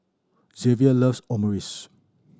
Xzavier loves Omurice